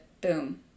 boom